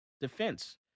defense